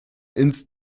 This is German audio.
ins